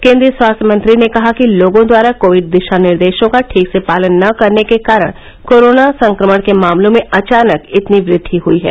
केन्द्रीय स्वास्थ्य मंत्री ने कहा कि लोगों द्वारा कोविड दिशा निर्देशों का ठीक से पालन न करने के कारण कोरोना संक्रमण के मामलों में अचानक इतनी वृद्धि हुई है